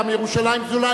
גם ירושלים גזולה,